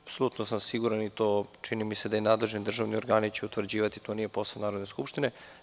Apsolutno sam siguran i čini mi se da će to i nadležni državni organi utvrđivati, to nije posao Narodne skupštine.